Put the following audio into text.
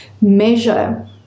measure